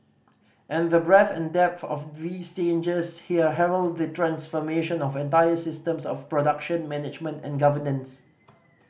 and the breadth and depth of these changes here herald the transformation of entire systems of production management and governance